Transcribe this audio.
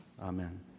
Amen